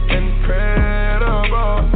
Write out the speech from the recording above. incredible